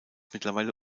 mittlerweile